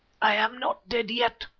i am not dead yet,